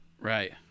Right